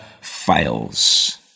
fails